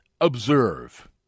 observe